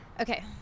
Okay